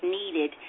needed